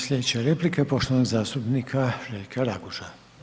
Sljedeća replika je poštovanog zastupnika Željka Raguža.